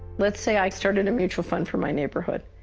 let's say i started a mutual fund for my neighborhood,